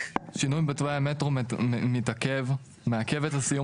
שינוי בתוואי המטרו מתעכב מעכב את סיום